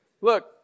Look